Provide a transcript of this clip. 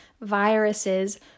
viruses